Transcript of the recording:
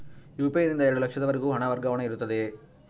UPI ನಿಂದ ಎರಡು ಲಕ್ಷದವರೆಗೂ ಹಣ ವರ್ಗಾವಣೆ ಇರುತ್ತದೆಯೇ?